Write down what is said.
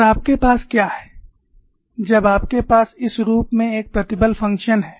और आपके पास क्या है जब आपके पास इस रूप में एक प्रतिबल फ़ंक्शन है